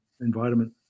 environment